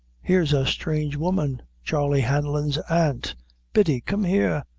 here's a strange woman charley hanlon's aunt biddy, come here!